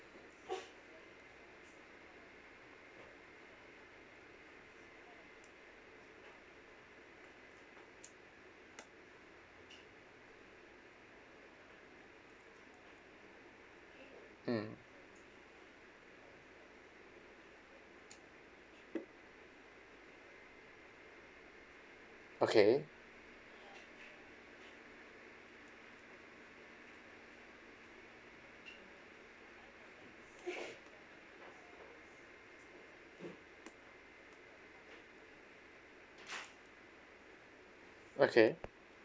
mm okay okay